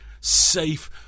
safe